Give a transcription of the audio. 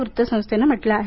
या वृत्तसंस्थेन म्हटलं आहे